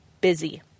busy